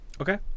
Okay